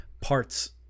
parts